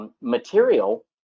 material